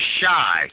Shy